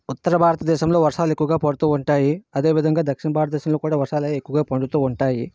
ఉత్తర భారతదేశంలో వర్షాలు ఎక్కువగా పడుతూ ఉంటాయి అదేవిధంగా దక్షిణ భారతదేశంలో కూడా వర్షాలు ఎక్కువ పడుతూ ఉంటాయి